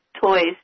toys